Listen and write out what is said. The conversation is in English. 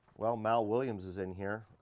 well, mal williams is in here.